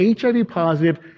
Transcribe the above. HIV-positive